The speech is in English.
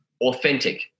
authentic